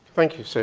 thank you, sue.